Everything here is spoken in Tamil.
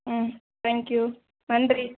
ம் தேங்க் யூ நன்றி